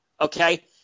Okay